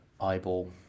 eyeball